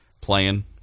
playing